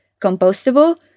compostable